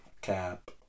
Cap